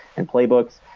and playbooks.